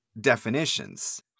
definitions